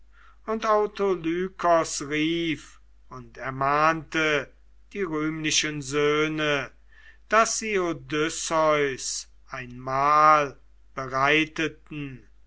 und autolykos rief und ermahnte die rühmlichen söhne daß sie odysseus ein mahl bereiteten